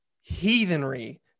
heathenry